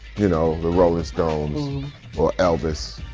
you know, the rolling stones or elvis.